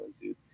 dude